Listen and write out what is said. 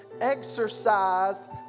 exercised